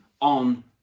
on